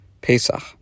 Pesach